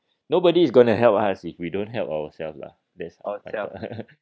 nobody is going to help us if we don't help ourselves lah that's all